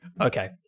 Okay